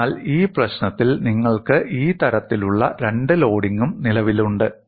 അതിനാൽ ഈ പ്രശ്നത്തിൽ നിങ്ങൾക്ക് ഈ തരത്തിലുള്ള രണ്ട് ലോഡിംഗും നിലവിലുണ്ട്